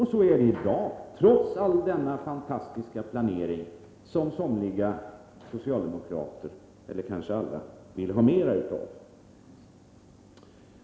Så förhåller det sig i dag, trots all denna fantastiska planering som socialdemokraterna vill ha mer av.